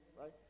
right